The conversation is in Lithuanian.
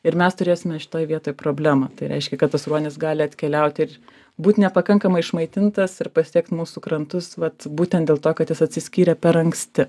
ir mes turėsime šitoj vietoj problemą tai reiškia kad tas ruonis gali atkeliauti ir būt nepakankamai išmaitintas ir pasiekt mūsų krantus vat būtent dėl to kad jis atsiskyrė per anksti